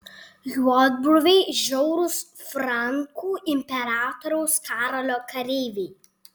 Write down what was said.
juodbruviai žiaurūs frankų imperatoriaus karolio kareiviai